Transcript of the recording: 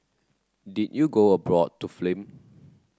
did you go abroad to film